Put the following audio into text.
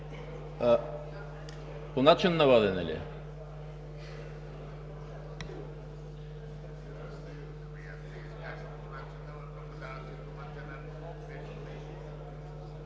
По начина на водене ли?